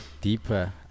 Deeper